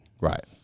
Right